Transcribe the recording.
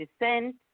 descent